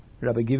Rabbi